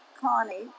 Connie